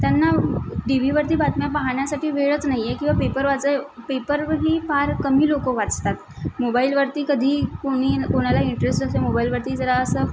त्यांना टी व्हीवरती बातम्या पाहण्यासाठी वेळच नाही आहे किंवा पेपर वाचाय पेपरही फार कमी लोकं वाचतात मोबाईलवरती कधी कोणी कोणाला इंटरेस्ट असते मोबाईलवरती जरा असं